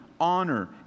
honor